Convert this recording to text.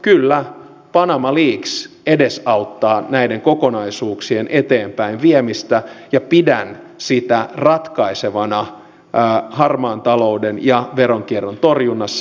kyllä panama leaks edesauttaa näiden kokonaisuuksien eteenpäinviemistä ja pidän sitä ratkaisevana harmaan talouden ja veronkierron torjunnassa